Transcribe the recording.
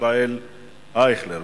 ישראל אייכלר.